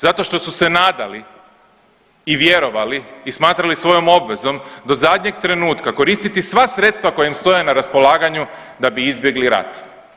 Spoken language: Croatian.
Zato što su se nadali i vjerovali i smatrali svojom obvezom do zadnjeg trenutka koristiti sva sredstava koja im stoje na raspolaganju da bi izbjegli rat.